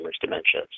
dementia